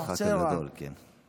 רבי יצחק הגדול, כן.